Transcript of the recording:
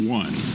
one